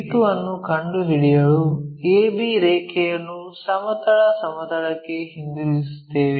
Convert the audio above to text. b2 ಅನ್ನು ಕಂಡುಹಿಡಿಯಲು ab ರೇಖೆಯನ್ನು ಸಮತಲ ಸಮತಲಕ್ಕೆ ಹಿಂತಿರುಗಿಸುತ್ತೇವೆ